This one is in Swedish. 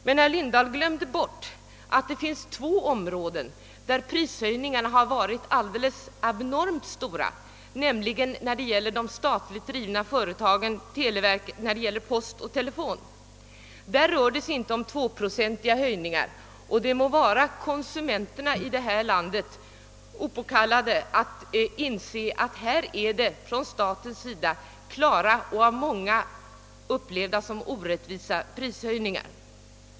Men herr Lindahl glömde bort att det finns två områden där prishöjningarna har varit alldeles abnormt stora, nämligen post och telefon. Här rör det sig inte om tvåprocentiga höjningar, och det må stå konsumenterna fritt att tycka att det är fråga om klara och — så anser många — orättvisa statliga prisförhöjningar.